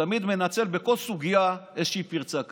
שתמיד מנצל, בכל סוגיה, איזושהי פרצה כזו.